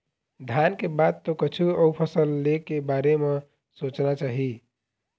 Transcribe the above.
धान के बाद तो कछु अउ फसल ले के बारे म सोचना चाही